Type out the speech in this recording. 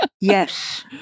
Yes